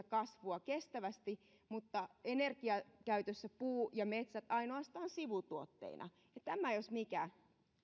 kasvua kestävästi mutta energiakäytössä puuta ja metsiä ainoastaan sivutuotteina ja tämä jos mikä